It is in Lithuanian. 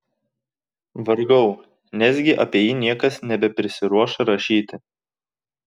vargau nesgi apie jį niekas nebeprisiruoš rašyti